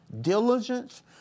diligence